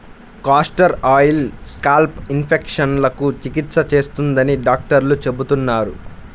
castor oil scalp ఇన్ఫెక్షన్లకు చికిత్స చేస్తుందని డాక్టర్లు చెబుతున్నారు